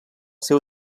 seu